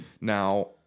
Now